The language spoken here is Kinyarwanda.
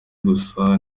gusa